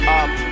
up